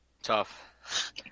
Tough